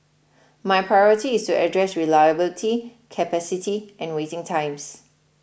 my priority is to address reliability capacity and waiting times